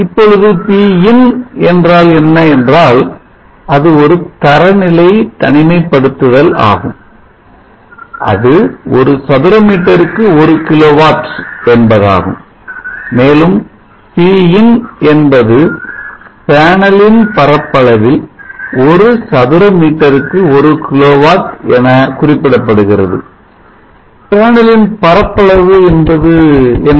இப்பொழுது Pin என்றால் என்ன என்றால் அது ஒரு தரநிலை தனிமைப்படுத்துதல் ஆகும் அது ஒரு சதுர மீட்டருக்கு ஒரு கிலோவாட் என்பதாகும் மேலும் Pin என்பது பேனலின் பரப்பளவில் ஒரு சதுர மீட்டருக்கு ஒரு கிலோவாட் என குறிப்பிடப்படுகிறது பேனலின் பரப்பளவு என்பது என்ன